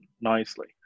nicely